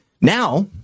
Now